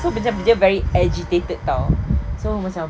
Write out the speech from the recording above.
so dia macam very agitated [tau] so macam